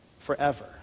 forever